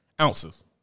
ounces